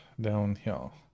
downhill